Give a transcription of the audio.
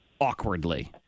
awkwardly